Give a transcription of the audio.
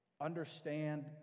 understand